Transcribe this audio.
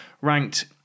ranked